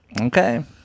Okay